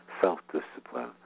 self-discipline